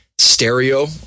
stereo